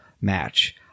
match